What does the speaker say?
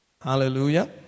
Hallelujah